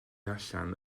allan